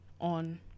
on